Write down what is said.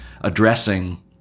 addressing